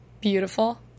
Beautiful